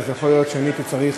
אז יכול להיות שאני הייתי צריך